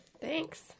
Thanks